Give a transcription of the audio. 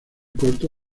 corto